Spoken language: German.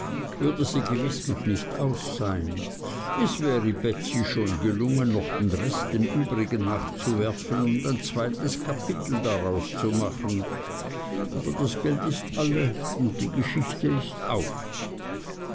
würde sie gewiß noch nicht aus sein es wäre betsey schon gelungen auch den rest noch dem übrigen nachzuwerfen und ein zweites kapitel daraus zu machen aber das geld ist alle und die geschichte ist aus